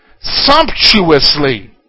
Sumptuously